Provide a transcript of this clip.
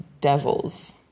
devils